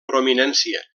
prominència